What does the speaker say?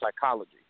psychology